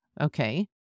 okay